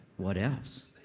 what else?